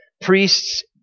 Priests